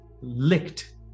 licked